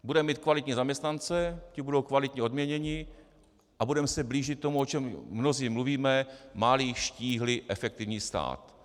Budeme mít kvalitní zaměstnance, ti budou kvalitně odměněni a budeme se blížit tomu, o čem mnozí mluvíme: malý, štíhlý, efektivní stát.